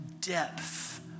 depth